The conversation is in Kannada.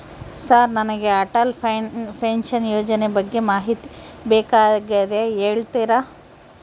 ಸರ್ ನನಗೆ ಅಟಲ್ ಪೆನ್ಶನ್ ಯೋಜನೆ ಬಗ್ಗೆ ಮಾಹಿತಿ ಬೇಕಾಗ್ಯದ ಹೇಳ್ತೇರಾ?